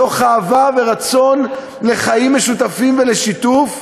מתוך אהבה ורצון לחיים משותפים ולשיתוף,